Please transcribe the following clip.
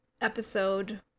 episode